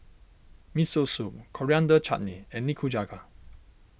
Miso Soup Coriander Chutney and Nikujaga